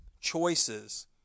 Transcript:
choices